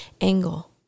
angle